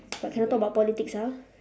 but cannot talk about politics ah